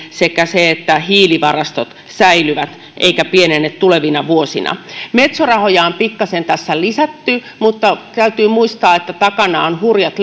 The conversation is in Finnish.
sekä se että hiilivarastot säilyvät eivätkä pienene tulevina vuosina metso rahoja on pikkasen tässä lisätty mutta täytyy muistaa että takana on hurjat